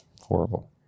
Horrible